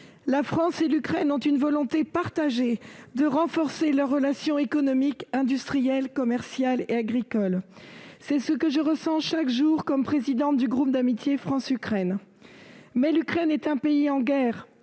La France et l'Ukraine ont une volonté partagée de renforcer leurs relations économiques, industrielles, commerciales et agricoles. C'est ce que je ressens chaque jour en tant que présidente du groupe d'amitié France-Ukraine. Cependant, l'Ukraine est un pays en guerre,